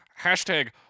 hashtag